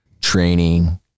training